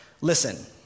listen